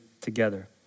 together